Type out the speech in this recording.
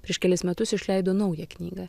prieš kelis metus išleido naują knygą